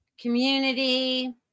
community